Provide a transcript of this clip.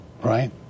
right